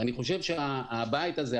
אני חושב שהבית הזה,